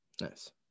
Nice